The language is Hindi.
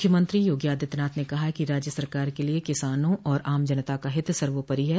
मुख्यमंत्री योगी आदित्यनाथ ने कहा है कि राज्य सरकार के लिए किसानों और आम जनता का हित सर्वोपरि है